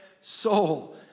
Soul